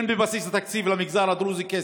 אין בבסיס התקציב כסף למגזר הדרוזי,